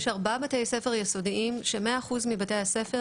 יש ארבעה בתי ספר יסודיים שמאה אחוז מבתי הספר